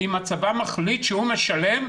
ואם הצבא מחליט שהוא משלם,